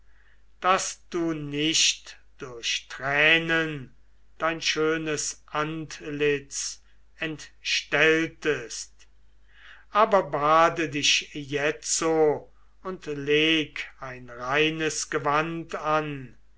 daß du nicht durch tränen dein schönes antlitz entstelltest aber bade dich jetzo und leg ein reines gewand an